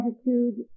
attitude